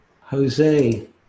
Jose